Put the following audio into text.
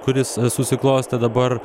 kuris susiklostė dabar